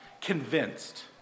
Convinced